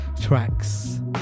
tracks